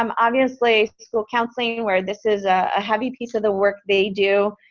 um obviously school counseling where this is a heavy piece of the work they do,